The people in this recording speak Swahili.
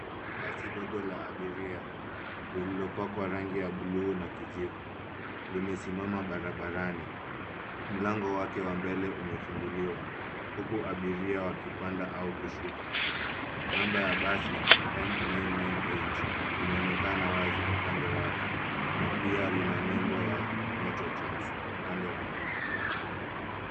Basi ndogo la abiria lililopakwa rangi ya bluu na kijivu limesimama barabarani. Mlango wake wa mbele umefunguliwa hukua abiria wakipanda au kushuka. Namba ya basi, M nine nine eight ,inaonekana wazi upande wake na pia lina nembo ya metro trans upande wa nyuma.